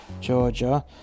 Georgia